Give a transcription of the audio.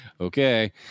okay